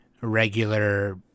regular